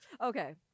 Okay